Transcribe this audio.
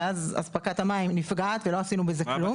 ואז אספקת המים נפגעת ולא עשינו בזה כלום.